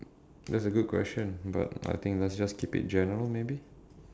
that's a good question but I think let's just keep it general maybe